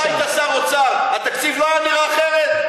אם אתה היית שר אוצר, התקציב לא היה נראה אחרת?